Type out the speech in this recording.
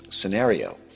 scenario